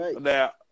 Now